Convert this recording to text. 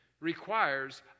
requires